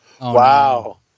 wow